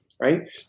right